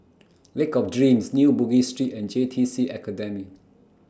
Lake of Dreams New Bugis Street and J T C Academy